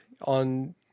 on